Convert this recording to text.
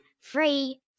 free